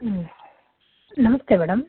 ಹ್ಞೂ ನಮಸ್ತೆ ಮೇಡಮ್